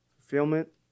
fulfillment